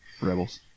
Rebels